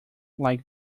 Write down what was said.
like